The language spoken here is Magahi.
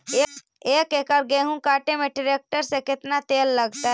एक एकड़ गेहूं काटे में टरेकटर से केतना तेल लगतइ?